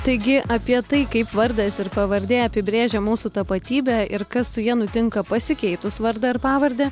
taigi apie tai kaip vardas ir pavardė apibrėžia mūsų tapatybę ir kas su ja nutinka pasikeitus vardą ir pavardę